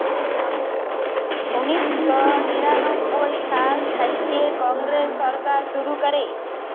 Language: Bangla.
উনিশ শ নিরানব্বই সাল থ্যাইকে কংগ্রেস সরকার শুরু ক্যরে